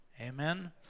amen